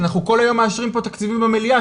אנחנו כל היום מאשרים פה תקציבים במליאה,